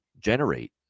generate